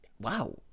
wow